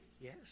Yes